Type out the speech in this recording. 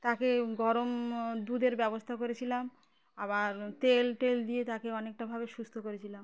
তাকে গরম দুধের ব্যবস্থা করেছিলাম আবার তেল টেল দিয়ে তাকে অনেকটাভাবে সুস্থ করেছিলাম